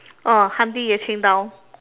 oh hunting Yue-Qing down